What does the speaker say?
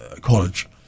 college